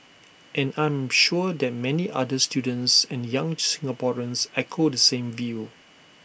and I am sure that many other students and young Singaporeans echo the same view